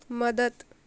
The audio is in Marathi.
मदत